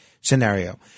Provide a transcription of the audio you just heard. scenario